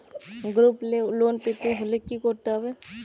Group loan পেতে হলে কি করতে হবে?